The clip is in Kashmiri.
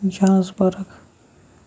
جانٕسبٔرٕگ